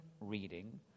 reading